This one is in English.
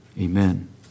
Amen